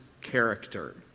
character